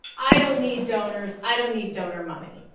i don't need donors. i don't need donor money.